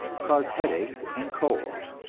cause headaches and colds.